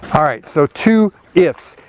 all right, so two if's,